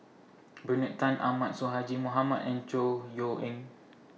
Bernard Tan Ahmad Sonhadji Mohamad and Chor Yeok Eng